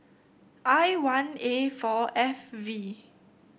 I one A four F V